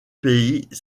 pays